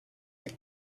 its